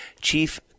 Chief